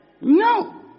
No